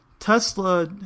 Tesla